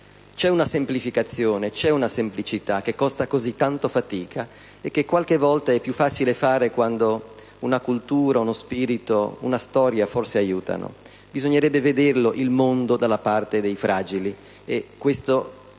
è una semplificazione, e una semplicità che costano tanta fatica e che, qualche volta, sono più facili da realizzare quando una cultura, uno spirito e una storia forse aiutano. Bisognerebbe forse vedere il mondo dalla parte dei fragili. Questo